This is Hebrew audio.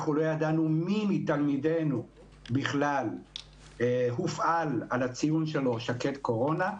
אנחנו לא ידענו מי מתלמידנו בכלל הופעל על הציון שלו שקד קורונה.